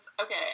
okay